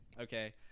okay